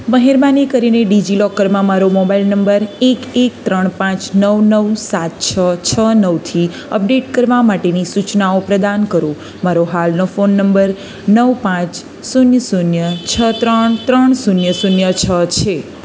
મહેરબાની કરીને ડિજિલોકરમાં મારો મોબાઇલ નંબર એક એક ત્રણ પાંચ નવ નવ સાત છ છ નવથી અપડેટ કરવા માટેની સૂચનાઓ પ્રદાન કરો મારો હાલનો ફોન નંબર નવ પાંચ શૂન્ય શૂન્ય છ ત્રણ ત્રણ શૂન્ય શૂન્ય છ છે